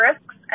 risks